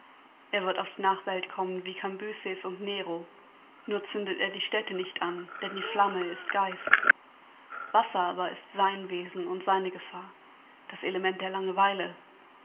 er wird auf die nachwelt kommen wie cambyses und nero nur zündet er die städte nicht an denn die flamme ist geist wasser aber ist sein wesen und seine gefahr das element der langeweile